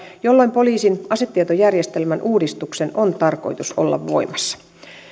jolloin poliisin asetietojärjestelmän uudistuksen on tarkoitus olla voimassa